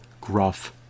gruff